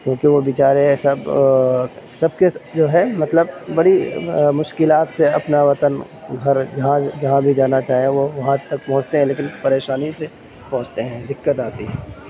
کیونکہ وہ بے چارے سب سب کے جو ہے مطلب بڑی مشکلات سے اپنا وطن گھر جہاں جہاں بھی جانا چاہیں وہ وہاں تک پہنچتے ہیں لیکن پریشانی سے پہنچتے ہیں دقت آتی ہے